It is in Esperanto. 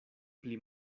pli